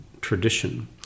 tradition